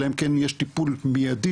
אלא אם כן יש טיפול מידי,